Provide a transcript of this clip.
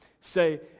say